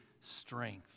strength